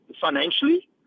financially